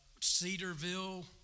Cedarville